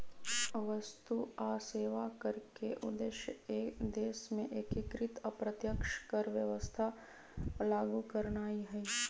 वस्तु आऽ सेवा कर के उद्देश्य देश में एकीकृत अप्रत्यक्ष कर व्यवस्था लागू करनाइ हइ